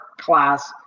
class